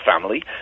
family